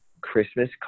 Christmas